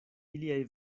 iliaj